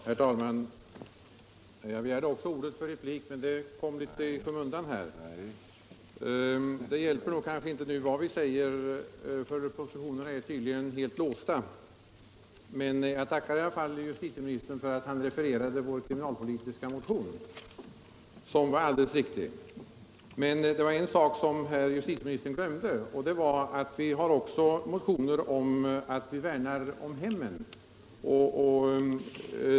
Herr talman! Det hjälper kanske inte vad vi nu säger; positionerna är tydligen helt låsta. Men jag tackar ändå justitieministern för att han alldeles riktigt refererade vår kriminalpolitiska motion. Men en sak glömde justieministern, nämligen att vi också har motioner som handlar om värnandet om hemmen.